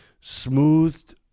Smoothed